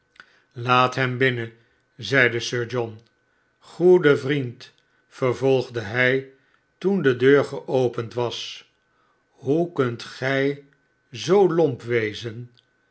laat hem binnen zeide sir john goede vriend vervolgde hij toende deurgeopend was hoe kunt gij zoo lomp wezen